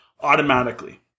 automatically